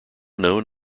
known